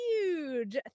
huge